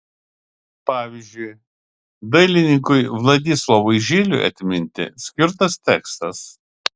pavyzdžiui dailininkui vladislovui žiliui atminti skirtas tekstas